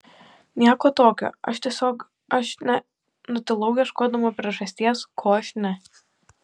nieko tokio aš tiesiog aš ne nutilau ieškodama priežasties ko aš ne